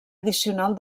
addicional